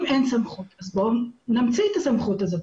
אם אין סמכות, אז בואו נמציא את הסמכות הזאת.